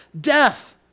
death